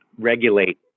regulate